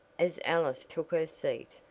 as alice took her seat.